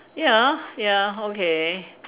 ya ya okay